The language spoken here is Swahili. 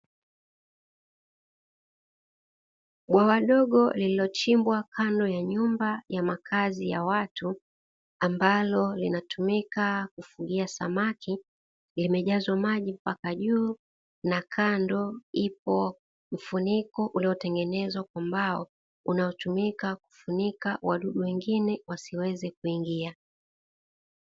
Bwawa dogo, lililochimbwa kando ya nyumba ya makazi ya watu, ambalo linatumika kufugia samaki. Limejazwa maji mpaka juu na kando upo mfuniko uliotengenezwa kwa mbao, unaotumika kufunika wadudu wengine wasiweze kuingia.